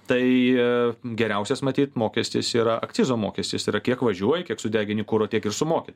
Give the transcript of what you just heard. tai geriausias matyt mokestis yra akcizo mokestis yra kiek važiuoji kiek sudegini kuro tiek ir sumoki